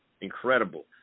incredible